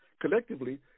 Collectively